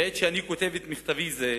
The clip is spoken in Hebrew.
בעת שאני כותב את מכתבי זה,